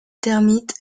termites